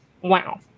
Wow